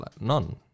none